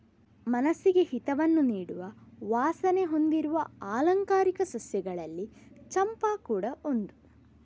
ಮನಸ್ಸಿಗೆ ಹಿತವನ್ನ ನೀಡುವ ವಾಸನೆ ಹೊಂದಿರುವ ಆಲಂಕಾರಿಕ ಸಸ್ಯಗಳಲ್ಲಿ ಚಂಪಾ ಕೂಡಾ ಒಂದು